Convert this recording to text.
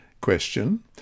Question